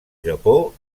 japó